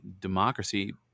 democracy